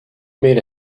made